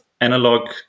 analog